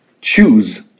choose